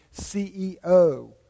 CEO